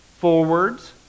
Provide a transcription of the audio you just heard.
forwards